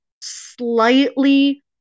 slightly